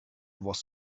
was